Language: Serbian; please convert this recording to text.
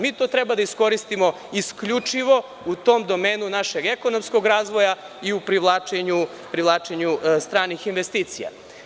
Mi to treba da iskoristimo, isključivo u tom domenu našeg ekonomskog razvoja i u privlačenju stranih investicija.